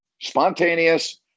spontaneous